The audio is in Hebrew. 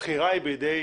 הבחירה היא בידי